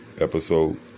episode